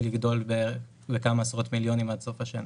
לגדול לכמה עשרות מיליונים עד סוף השנה.